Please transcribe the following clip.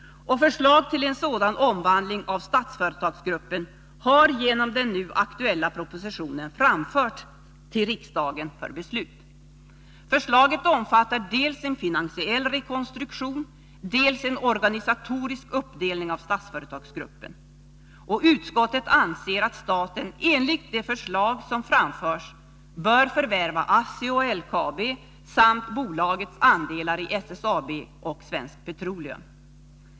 Förslag till en sådan omvandling av Statsföretagsgruppen har genom den nu aktuella propositionen framförts till riksdagen för beslut. Förslaget omfattar dels en finansiell rekonstruktion, dels en organisatorisk uppdelning av Statsföretagsgruppen. Utskottet anser att staten enligt det förslag som framförs bör förvärva ASSI och LKAB samt bolagets andelar i SSAB och Svenska Petroleum.